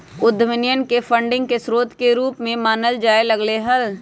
उद्यमियन के फंडिंग के स्रोत के रूप में मानल जाय लग लय